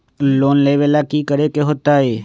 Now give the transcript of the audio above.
Loan लेवेला की करेके होतई?